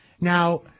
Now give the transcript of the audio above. Now